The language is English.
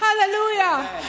Hallelujah